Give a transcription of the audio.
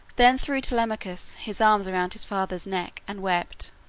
then threw telemachus his arms around his father's neck and wept.